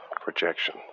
projection